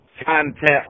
content